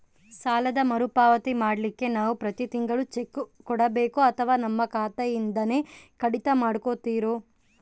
ಸಾಲದ ಮರುಪಾವತಿ ಮಾಡ್ಲಿಕ್ಕೆ ನಾವು ಪ್ರತಿ ತಿಂಗಳು ಚೆಕ್ಕು ಕೊಡಬೇಕೋ ಅಥವಾ ನಮ್ಮ ಖಾತೆಯಿಂದನೆ ಕಡಿತ ಮಾಡ್ಕೊತಿರೋ?